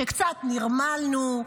שקצת נרמלנו.